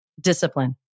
discipline